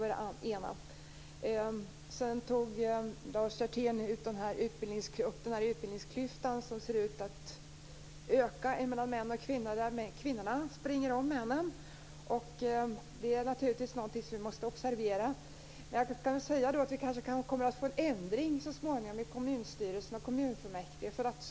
Sedan tog Lars Hjertén upp utbildningsklyftan mellan män och kvinnor, som ser ut att öka, och där kvinnorna springer om männen. Det är naturligtvis någonting som vi måste observera. Vi kanske kommer att få en ändring i kommunstyrelser och kommunfullmäktige så småningom.